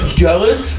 jealous